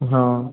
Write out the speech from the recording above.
ହଁ